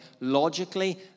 Logically